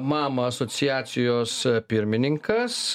mama asociacijos pirmininkas